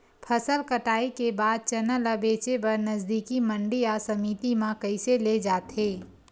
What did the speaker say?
फसल कटाई के बाद चना ला बेचे बर नजदीकी मंडी या समिति मा कइसे ले जाथे?